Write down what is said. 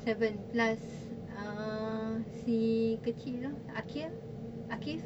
seven plus uh si kecil tu akil akif